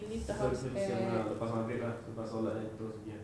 latest still seven lepas maghrib lah lepas solat then kita terus pergi ah